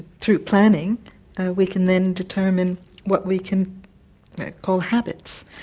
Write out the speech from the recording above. through planning we can then determine what we can call habits.